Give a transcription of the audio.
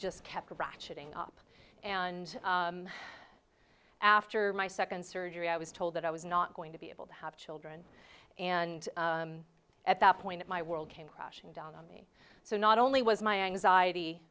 just kept ratcheting up and after my second surgery i was told that i was not going to be able to have children and at that point my world came crashing down on me so not only was my anxiety